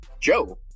Joe